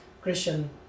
Christian